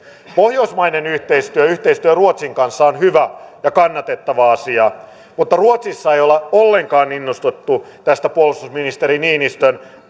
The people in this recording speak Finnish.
pohjoismainen yhteistyö yhteistyö ruotsin kanssa on hyvä ja kannatettava asia mutta ruotsissa ei olla ollenkaan innostuttu tästä puolustusministeri niinistön